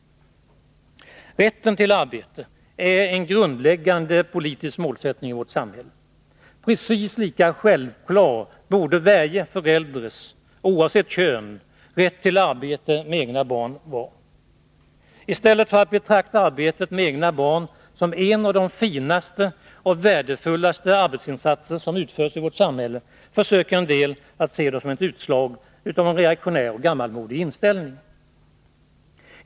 Rätten till arbete är en grundläggande politisk målsättning i vårt samhälle. Precis lika självklar borde varje förälders — oavsett kön — rätt till arbete med de egna barnen vara. I stället för att betrakta arbetet med egna barn som en av de finaste och värdefullaste arbetsinsatser som utförs i vårt samhälle försöker en del att se det som ett utslag av en reaktionär och gammalmodig inställning.